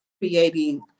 creating